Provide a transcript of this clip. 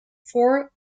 four